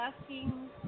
asking